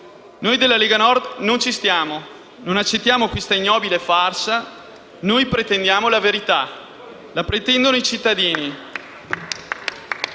Noi della Lega Nord non ci stiamo; non accettiamo questa ignobile farsa. Noi pretendiamo la verità; la pretendono i cittadini.